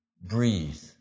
breathe